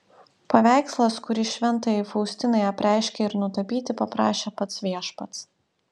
paveikslas kurį šventajai faustinai apreiškė ir nutapyti paprašė pats viešpats